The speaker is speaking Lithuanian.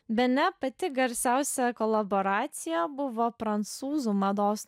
bene pati garsiausia kolaboracija buvo prancūzų mados